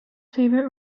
favourite